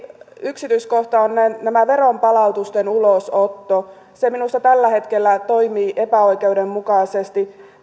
yksityiskohta on tämä veronpalautusten ulosotto se minusta tällä hetkellä toimii epäoikeudenmukaisesti